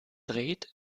dreht